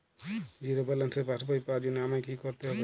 Zero ব্যালেন্সের পাসবই পাওয়ার জন্য আমায় কী করতে হবে?